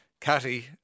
catty